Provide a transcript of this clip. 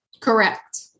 Correct